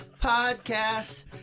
Podcast